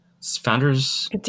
founders